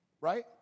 Right